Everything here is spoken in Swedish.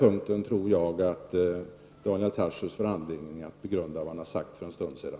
Jag tror att Daniel Tarschys på denna punkt får anledning att begrunda vad han sade för en stund sedan.